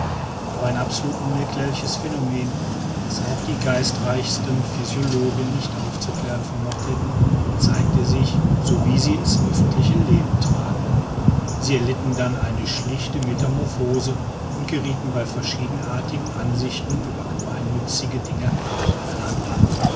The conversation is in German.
aber ein absolut unerklärliches phänomen das auch die geistreichsten physiologen nicht aufzuklären vermocht hätten zeigte sich so wie sie in's öffentliche leben traten sie erlitten dann eine sichtliche metamorphose und geriethen bei verschiedenartigen ansichten über gemeinnützige dinge hart